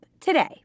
today